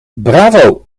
bravo